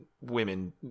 women